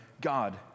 God